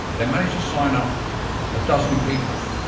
they managed to sign up a dozen people,